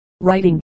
writing